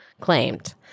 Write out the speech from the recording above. claimed